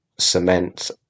cement